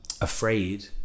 afraid